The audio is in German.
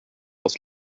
aus